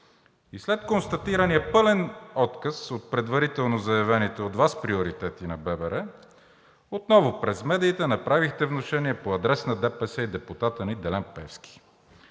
и след констатирания пълен отказ от предварително заявените от Вас приоритети на ББР, отново през медиите направихте внушение по адрес на ДПС и депутата ни Делян Пеевски.